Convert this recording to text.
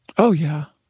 oh yeah,